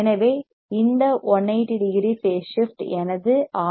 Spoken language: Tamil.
எனவே இந்த 180 டிகிரி பேஸ் ஷிப்ட் எனது ஆர்